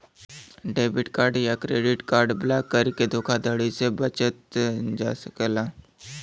debit card या credit card block करके धोखाधड़ी से बचल जा सकला